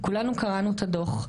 כולנו קראנו את הדוח,